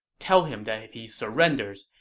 tell him that if he surrenders,